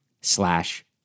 slash